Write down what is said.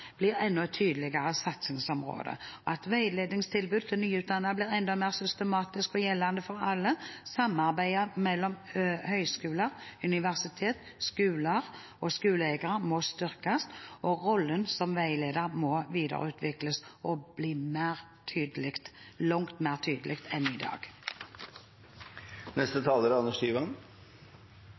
blir et enda tydeligere satsingsområde, at veiledningstilbud til nyutdannede blir enda mer systematiske og gjeldende for alle». Og videre: «Samarbeidet mellom høyskole/universitet, skoler og skoleeiere må styrkes. Rollen som veileder må videreutvikles og bli mer tydelig» – langt mer tydelig – «enn i